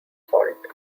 fault